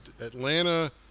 Atlanta